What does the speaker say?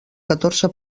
catorze